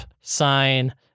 sign